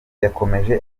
yakomeje